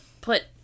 put